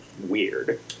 weird